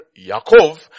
Yaakov